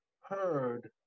heard